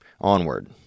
onward